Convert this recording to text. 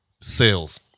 sales